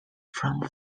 from